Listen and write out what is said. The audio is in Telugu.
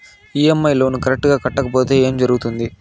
ఇ.ఎమ్.ఐ లోను కరెక్టు గా కట్టకపోతే ఏం జరుగుతుంది